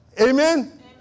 Amen